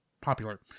popular